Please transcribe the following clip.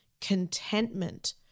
contentment